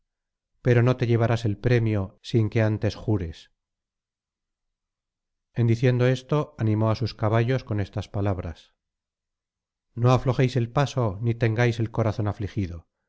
pero no te llevarás el premio sin que antes jures en diciendo esto animó á sus caballos con estas palabras xo aflojéis el paso ni tengáis el corazón afligido